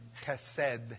chesed